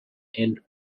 and